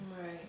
Right